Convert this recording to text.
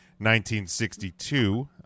1962